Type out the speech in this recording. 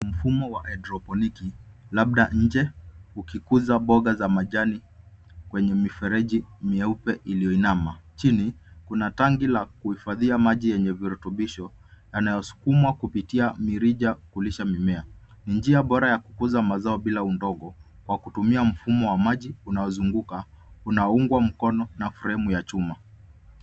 Mfumo wa haidroponiki ukikuza boga za majani kwenye mifereji meupe iliyoinama. Chini kuna la kuhifadhia maji yenye virutubisho yanayosukumwa kupitia mirija ya kulisha mimea. Ni njia bora ya kukuza mazao bila udogo kwa kutumia mfumo wa maji unaozunguka unaonngwa mkono na fremu ya chuma.